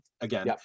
again